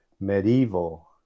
medieval